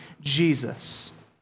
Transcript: Jesus